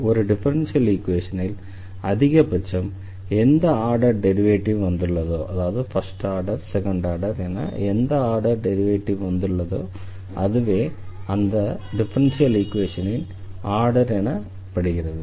ஒரு டிஃபரன்ஷியல் ஈக்வேஷனில் அதிக பட்சம் எந்த ஆர்டர் டெரிவேட்டிவ் வந்துள்ளதோ அதுவே அந்த டிஃபரன்ஷியல் ஈக்வேஷனின் ஆர்டர் எனப்படுகிறது